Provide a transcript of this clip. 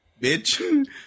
bitch